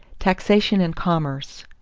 taxation and commerce.